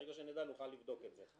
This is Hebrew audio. ברגע שנדע, נוכל לבדוק את זה,